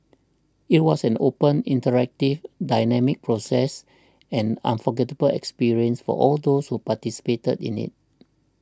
it was an open interactive dynamic process an unforgettable experience for all those who participated in it